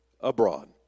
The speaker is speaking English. abroad